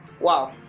Wow